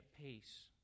peace